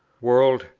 world,